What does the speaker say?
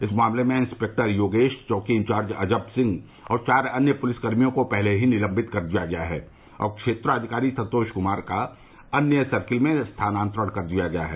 इस मामले में इंस्पेक्टर योगेश चौकी इंचार्ज अजब सिंह और चार अन्य पुलिसकर्मियों को पहले ही निलंबित कर दिया गया है और क्षेत्राधिकारी संतोष कुमार का अन्य सर्किल में स्थानांतरण कर दिया गया है